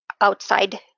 outside